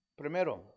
Primero